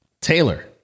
Taylor